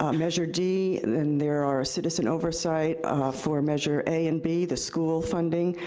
ah measure d, then there are citizen oversights for measure a and b, the school funding,